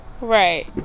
Right